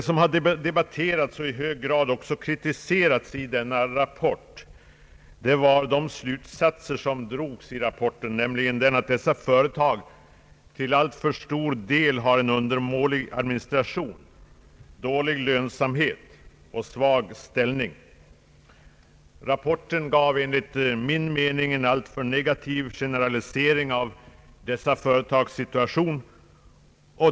Man har debatterat och i hög grad också kritiserat de slutsatser som drogs i rapporten, nämligen att dessa företag till alltför stor del har undermålig administration, dålig lönsamhet och svag ställning. Rapporten gav enligt min mening en alltför negativ generalisering av dessa företags situation.